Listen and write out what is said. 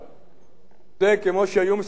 זה כמו שהיו מספרים על איוון,